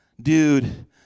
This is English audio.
dude